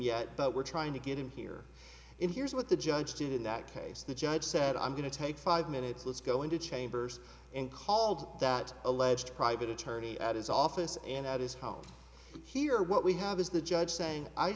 yet but we're trying to get him here and here's what the judge did in that case the judge said i'm going to take five minutes let's go into chambers and called that alleged private attorney at his office and at his home here what we have is the judge saying i